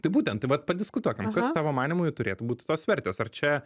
tai būten tai va padiskutuokim kas tavo manymu turėtų būti tos vertės ar čia